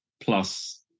plus